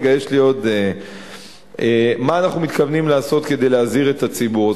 3. מה אנחנו מתכוונים לעשות כדי להזהיר את הציבור?